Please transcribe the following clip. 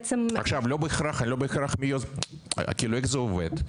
בעצם --- איך זה עובד?